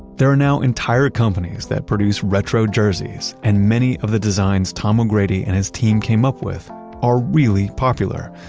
there are now entire companies that produce retro jerseys, and many of the designs tom o'grady and his team came up with are really popular.